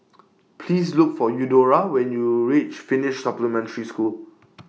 Please Look For Eudora when YOU REACH Finnish Supplementary School